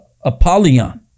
Apollyon